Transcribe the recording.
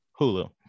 hulu